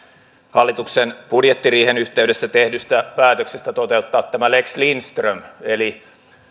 hallituksen budjettiriihen yhteydessä tehdystä päätöksestä toteuttaa tämä lex lindström eli